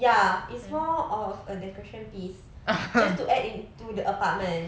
ya it's more of a decoration piece just to add in to the apartment